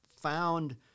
found